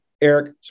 Eric